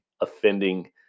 offending